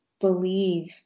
believe